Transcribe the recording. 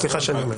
סליחה שאני אומר.